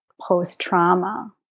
post-trauma